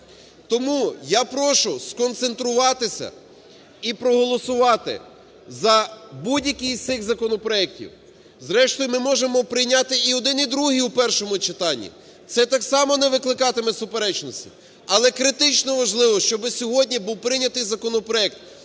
Тому я прошу сконцентруватись і проголосувати за будь-який з цих законопроектів. Зрештою ми можемо прийняти і один, і другий в першому читані. Це так само не викликатиме суперечностей. Але критично важливо, щоб сьогодні був прийнятий законопроект,